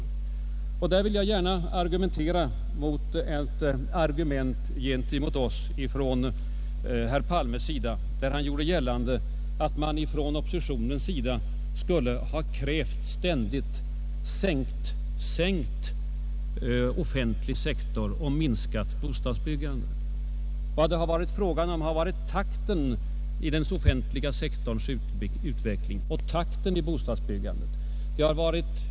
I det sammanhanget vill jag invända mot herr Palme, som gjorde gällande att oppositionen ständigt skulle ha krävt en mindre offentlig sektor och ett minskat bostadsbyggande. Vad det har rört sig om har varit takten i den offentliga sektorns utveckling och takten i bostadsbyggandet.